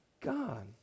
God